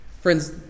Friends